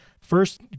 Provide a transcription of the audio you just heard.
first